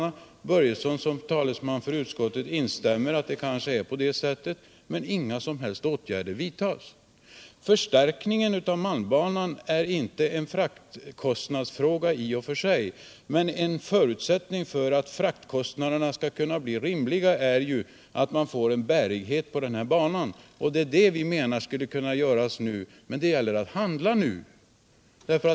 Herr Börjesson som talesman för utskottet instämmer i att de innebär ett problem, men ingen som helst åtgärd vidtas. Förstärkningen av malmbanan är inte en fraktkostnadsfråga i och för sig, men en förutsättning för att fraktkostnaderna skall kunna bli rimliga är ju att man får bärighet på banan. Det är detta vi menar skulle kunna göras nu. Men det gäller att handla nu.